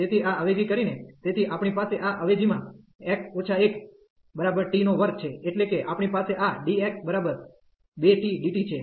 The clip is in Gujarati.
તેથી આ અવેજી કરીને તેથી આપણી પાસે આ અવેજીમાં x 1t2 છે એટલે કે આપણી પાસે આ dx2t dt છે